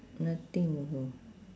nothing also